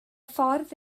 ffordd